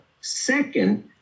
Second